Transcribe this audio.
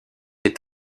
est